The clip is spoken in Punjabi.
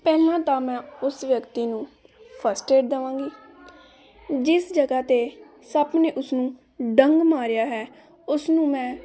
ਪਹਿਲਾਂ ਤਾਂ ਮੈਂ ਉਸ ਵਿਅਕਤੀ ਨੂੰ ਫਸਟ ਏਡ ਦੇਵਾਂਗੀ ਜਿਸ ਜਗ੍ਹਾ 'ਤੇ ਸੱਪ ਨੇ ਉਸ ਨੂੰ ਡੰਗ ਮਾਰਿਆ ਹੈ ਉਸਨੂੰ ਮੈਂ